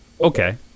Okay